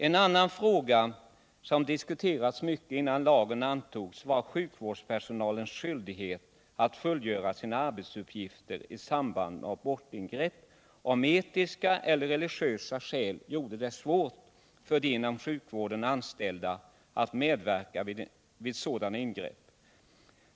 En annan fråga som diskuterades mycket innan lagen antogs var sjukvårdspersonalens skyldighet att fullgöra arbetsuppgifter i samband med abortingrepp, om etiska eller religiösa skäl gjorde det svårt för de inom sjukvården anställda att medverka vid sådana ingrepp.